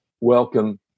welcome